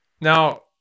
Now